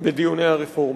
בדיוני הרפורמה.